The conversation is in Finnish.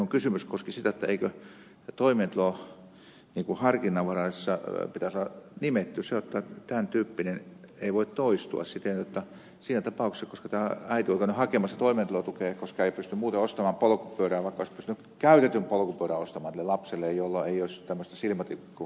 minun kysymykseni koski sitä eikö harkinnanvaraisessa toimeentulotuessa pitäisi olla nimetty se jotta tämän tyyppinen ei voi toistua siten jotta siinä tapauksessa kun tämä äiti oli käynyt hakemassa toimeentulotukea koska ei pysty muuten ostamaan polkupyörää vaikka olisi pystynyt käytetyn polkupyörän ostamaan sille lapselleen ei olisi tämmöistä silmätikkuasetelmaa tullut